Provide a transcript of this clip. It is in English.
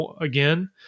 again